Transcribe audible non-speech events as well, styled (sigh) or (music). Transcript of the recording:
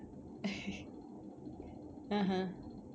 (laughs) (uh huh)